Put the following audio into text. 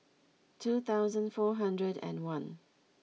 two thousand four hundred and one